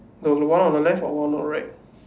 the one on the left or one of the right